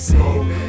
Smoke